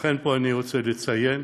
ולכן אני רוצה לציין